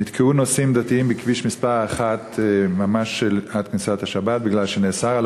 נתקעו נוסעים דתיים בכביש 1 ממש עד כניסת השבת מכיוון שנאסר על